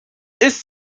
ist